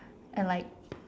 and like